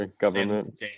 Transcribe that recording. government